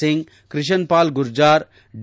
Singh Krishan Pal Gurjar D